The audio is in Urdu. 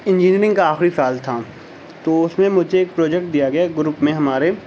انجینئرنگ کا آخری سال تھا تو اس میں مجھے ایک پروجیکٹ دیا گیا گروپ میں ہمارے